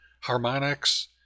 harmonics